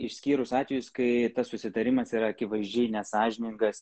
išskyrus atvejus kai tas susitarimas yra akivaizdžiai nesąžiningas ir